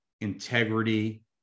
integrity